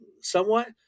somewhat